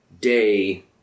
Day